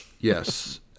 yes